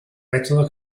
mètode